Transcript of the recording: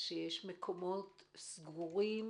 שיש מקומות סגורים,